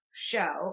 show